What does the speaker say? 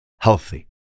healthy